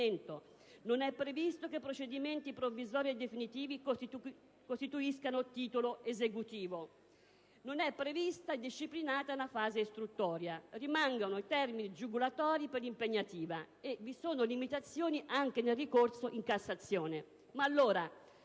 non è previsto che i provvedimenti provvisori e definitivi costituiscano titolo esecutivo; non è prevista e disciplinata una fase istruttoria; rimangono i termini giugulatori per l'impugnativa e vi sono limitazioni anche nel ricorso in Cassazione.